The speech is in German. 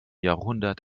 jahrhundert